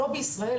לא בישראל,